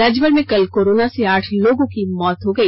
राज्यभर में कल कोरोना से आठ लोगों की मौत हो गई